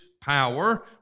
power